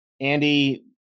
Andy